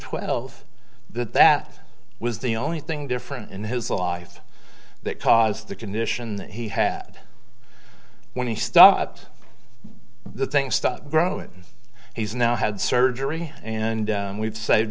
twelve that that was the only thing different in his life that caused the condition that he had when he stopped the thing stop growing he's now had surgery and we've saved